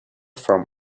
from